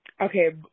Okay